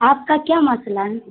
آپ کا کیا مسئلہ ہے